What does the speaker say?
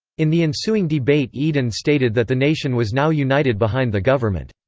in the ensuing debate eden stated that the nation was now united behind the government.